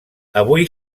avui